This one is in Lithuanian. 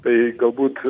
tai galbūt